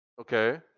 Okay